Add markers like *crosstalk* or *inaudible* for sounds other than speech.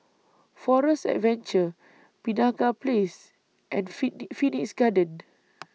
Forest Adventure Penaga Place and *unintelligible* Phoenix Garden *noise*